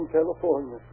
California